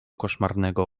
koszmarnego